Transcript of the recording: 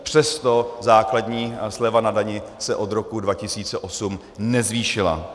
Přesto základní sleva na dani se od roku 2008 nezvýšila.